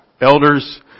elders